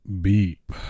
beep